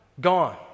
gone